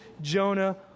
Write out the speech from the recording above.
Jonah